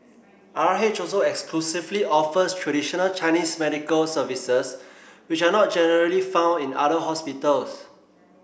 R H also exclusively offers traditional Chinese medical services which are not generally found in other hospitals